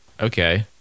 okay